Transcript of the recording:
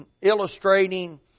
illustrating